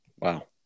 Wow